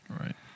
Right